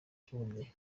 by’ubudehe